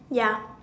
ya